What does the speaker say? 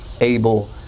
able